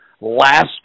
last